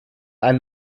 ein